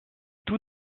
tout